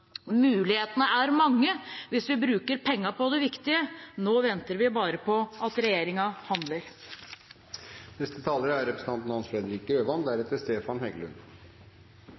Mulighetene er mange hvis vi bruker pengene på det viktige. Nå venter vi bare på at regjeringen handler. Kristelig Folkeparti er